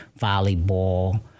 volleyball